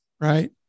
Right